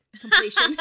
completion